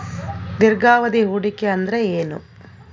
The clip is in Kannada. ದೀರ್ಘಾವಧಿ ಹೂಡಿಕೆ ಅಂದ್ರ ಏನು?